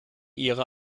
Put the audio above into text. ihre